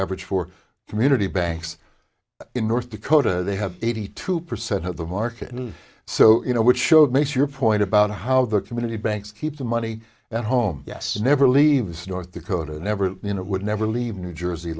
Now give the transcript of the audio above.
average for community banks in north dakota they have eighty two percent of the market and so you know which showed makes your point about how the community banks keep the money that home yes never leaves north dakota never you know would never leave new jersey